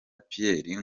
pierre